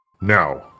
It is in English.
Now